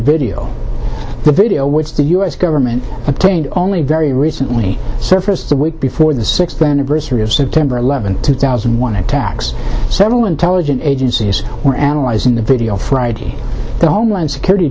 video the video which the u s government obtained only very recently surfaced the week before the sixth anniversary of september eleventh two thousand and one attacks several intelligence agencies were analyzing the video friday the homeland security